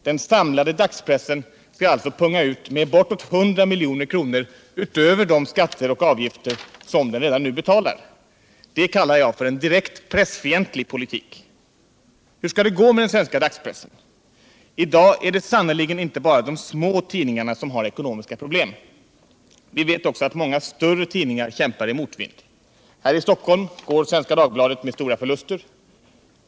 Den samlade dagspressen skall alltså punga ut med bortåt 100 milj.kr. utöver de skatter och avgifter som den redan nu betalar. Det kallar jag för en direkt pressfientlig politik. Hur skall det gå med den svenska dagspressen? I dag är det sannerligen inte bara de små tidningarna som har ekonomiska problem. Vi vet att också många större tidningar kämpar i motvind. Här i Stockholm går Svenska Dagbladet med stora förluster.